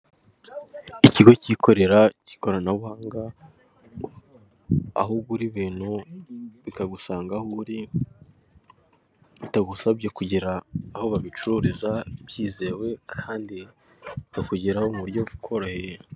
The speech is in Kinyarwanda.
Ikigo cyikorera cy'ikoranabuhanga aho ugura ibintu bikagusanga aho uri bitagusabye kugera aho babicururiza byizewe kandi bikugeraho mu buryo bukoroheye.